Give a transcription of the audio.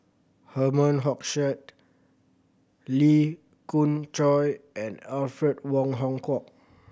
Herman Hochstadt Lee Khoon Choy and Alfred Wong Hong Kwok